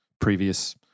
previous